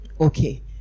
okay